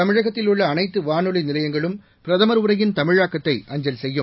தமிழகத்தில் உள்ள அனைத்து வானொலி நிலையங்களும் பிரதமர் உரையின் தமிழாக்கத்தை அஞ்சல் செய்யும்